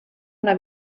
una